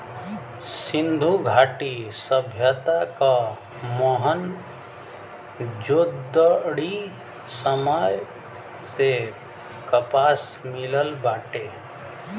सिंधु घाटी सभ्यता क मोहन जोदड़ो समय से कपास मिलल बाटे